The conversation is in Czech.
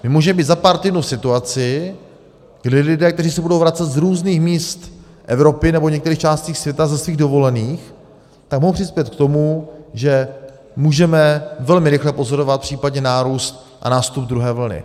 My můžeme být za pár týdnů v situaci, kdy lidé, kteří se budou vracet z různých míst Evropy nebo některých částí světa ze svých dovolených, mohou přispět k tomu, že můžeme velmi rychle pozorovat případně nárůst a nástup druhé vlny.